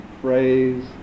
phrase